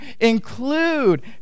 include